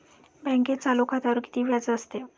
बँकेत चालू खात्यावर किती व्याज असते?